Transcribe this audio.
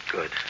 Good